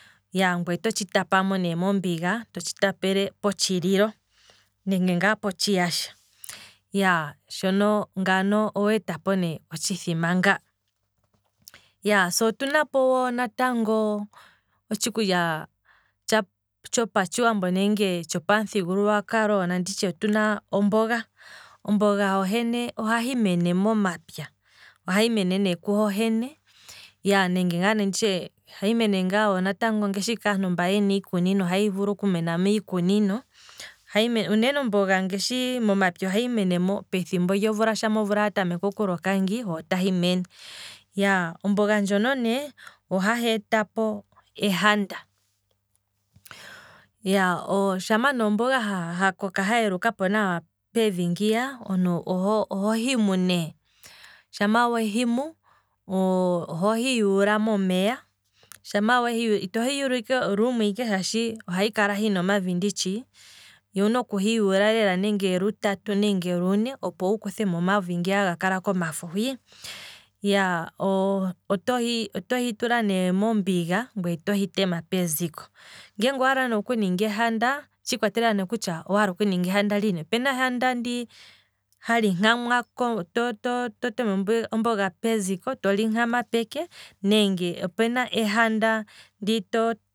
Iyaaa, ngweye oto tshi tapamo ne mombiga, to tshi tapele potshililo nenge ngaa potshiyasha, iyaaa, shono, ngano oweetapo ne otshithima nga. Se otunapo natango otshikulya tshopamuthigululwakalo. nandi tshe tshopa tshiwambo, nandi tye otuna omboga, omboga ho hene oha himene momapya, ohahimene ne ku hohene nenge nandi tye, natango ngashi kaantu mba yena iikunini. oha hivulu okumena miikunini, unene omboga ngaashi, momapya oha hi mene pethimbo lyomvula, omvula ngaa shi tahi tameke okuloka ngii, ho otahi mene, omboga ndjono ne, ohahi etapo ehanda, shama ne omboga ha koka ha helukapo pevi ngiya, omuntu oho- oho himu ne, shama we himu. oho hiyuula momeya. ito hi yuula ike lumwe shaashi ohahi kala hina omavi nditshi, owuna oku hi yuula nande lutatu nenge lune opo wu hi kuthe omavi ngeya haga kala komafo hwii, oto- oto hi tula ne mombiga, ngweye otohi tema peziko, ngele owaala okuninga ehanda, otshiikwa telela ne kutya owaala okuninga ehanda lini, opena ehanda, opena ehanda ndi hali nkamwa to- to- to tema ombiga peziko toli nkama peke, nenge opena ehanda ndi too